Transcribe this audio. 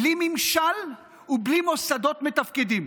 בלי ממשל ובלי מוסדות מתפקידים.